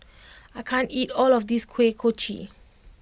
I can't eat all of this Kuih Kochi